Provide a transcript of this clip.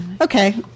Okay